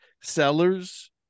sellers